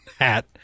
hat